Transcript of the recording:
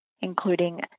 including